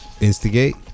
instigate